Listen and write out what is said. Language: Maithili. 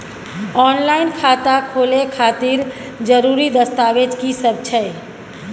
ऑनलाइन खाता खोले खातिर जरुरी दस्तावेज की सब छै?